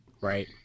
Right